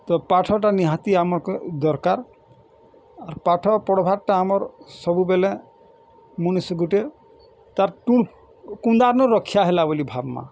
ତ ପାଠଟା ନିହାତି ଆମକୁ ଦରକାର ଆର୍ ପାଠ ପଢ଼୍ବାର୍ଟା ଆମର ସବୁବେଲେ ମନିଷ ଗୁଟିଏ ତାର୍ ଟୁଣ କୁଣ୍ଡାନୁ ରକ୍ଷା ହେଲା ବୋଲି ଭାବ୍ମା